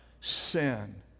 sin